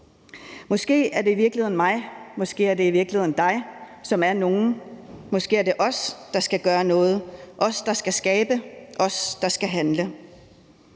Måske er det i virkeligheden mig, måske er det i virkeligheden dig, som er nogen, måske er det os, der skal gøre noget, os, der skal skabe, os, der skal handle.